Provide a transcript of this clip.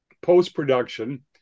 post-production